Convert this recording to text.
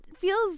feels